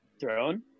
throne